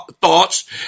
thoughts